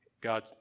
God